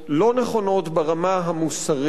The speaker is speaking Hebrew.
לא נכונות ברמה המוסרית,